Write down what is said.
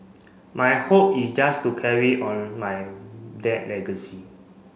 my hope is just to carry on my dad legacy